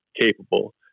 capable